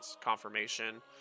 confirmation